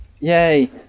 Yay